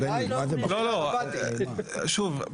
שוב,